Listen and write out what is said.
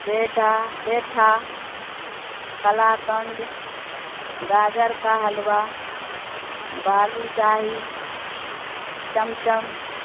پیڈھا پیٹھا کلاکند گاجر کا حلوہ بالوشاہی چمچم